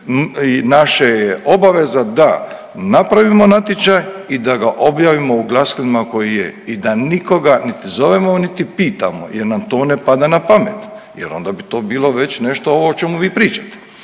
naša je obaveza da napravimo natječaj i da ga objavimo u glasilima koji je i da nikoga niti zovemo niti pitamo jel nam to ne pada na pamet jer onda bi to bilo već nešto ovo o čemu vi pričate.